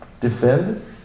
defend